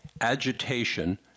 agitation